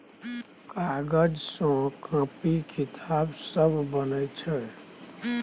कागज सँ कांपी किताब सब बनै छै